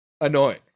annoying